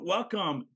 Welcome